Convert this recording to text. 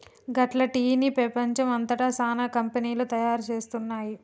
గట్ల టీ ని పెపంచం అంతట సానా కంపెనీలు తయారు చేస్తున్నాయి